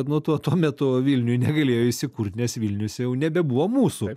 nu tuo tuo metu vilniuj negalėjo įsikurti nes vilnius jau nebebuvo mūsų